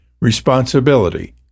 responsibility